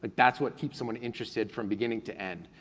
but that's what keeps someone interested from beginning to end,